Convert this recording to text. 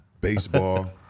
Baseball